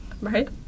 right